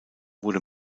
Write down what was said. wurde